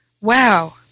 Wow